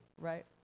Right